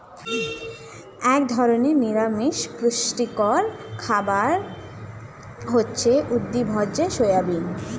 এক ধরনের নিরামিষ পুষ্টিকর খাবার হচ্ছে উদ্ভিজ্জ সয়াবিন